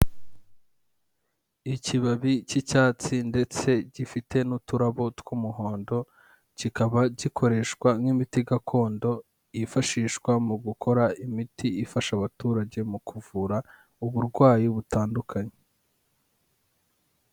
Ikibabi cy'icyatsi ndetse gifite n'uturabo tw'umuhondo, kikaba gikoreshwa nk'imiti gakondo yifashishwa mu gukora imiti ifasha abaturage mu kuvura uburwayi butandukanye.